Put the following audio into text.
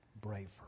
braver